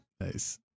Nice